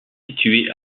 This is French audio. situé